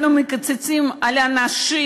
אנחנו מקצצים על אנשים,